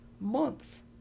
month